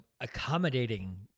accommodating